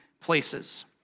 places